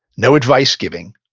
no advice giving,